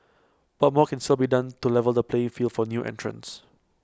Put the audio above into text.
but more can still be done to level the playing field for new entrants